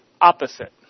opposite